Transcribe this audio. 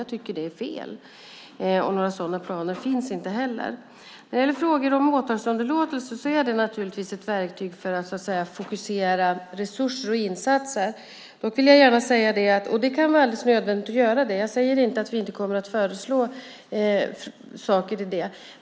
Jag tycker att det är fel, och några sådana planer finns inte heller. Åtalsunderlåtelse är naturligtvis ett verktyg för att så att säga fokusera resurser och insatser. Det kan vara alldeles nödvändigt att göra det. Jag säger inte att vi inte kommer att föreslå saker på det området.